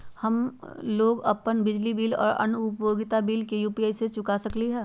हम लोग अपन बिजली बिल और अन्य उपयोगिता बिल यू.पी.आई से चुका सकिली ह